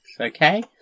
okay